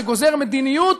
שגוזר מדיניות,